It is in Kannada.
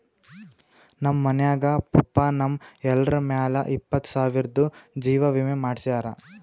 ನಮ್ ಮನ್ಯಾಗ ಪಪ್ಪಾ ನಮ್ ಎಲ್ಲರ ಮ್ಯಾಲ ಇಪ್ಪತ್ತು ಸಾವಿರ್ದು ಜೀವಾ ವಿಮೆ ಮಾಡ್ಸ್ಯಾರ